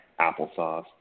Applesauce